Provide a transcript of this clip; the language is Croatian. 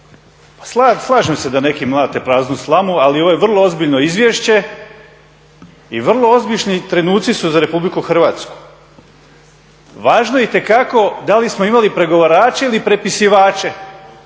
slažem se da neki mlate praznu slamu ali ovo je vrlo ozbiljno izvješće i vrlo ozbiljni trenuci su za Republiku Hrvatsku. Važno je itekako da li smo imali pregovarače ili prepisivače